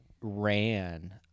ran